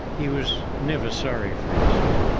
he was never sorry for himself.